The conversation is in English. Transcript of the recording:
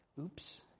Oops